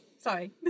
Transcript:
sorry